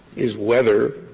is whether